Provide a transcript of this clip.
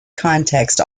context